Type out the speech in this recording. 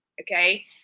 okay